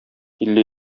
илле